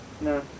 No